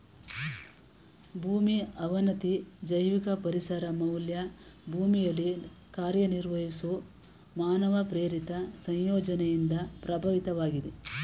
ಭೂಮಿ ಅವನತಿ ಜೈವಿಕ ಪರಿಸರ ಮೌಲ್ಯ ಭೂಮಿಲಿ ಕಾರ್ಯನಿರ್ವಹಿಸೊ ಮಾನವ ಪ್ರೇರಿತ ಸಂಯೋಜನೆಯಿಂದ ಪ್ರಭಾವಿತವಾಗಿದೆ